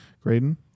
Graydon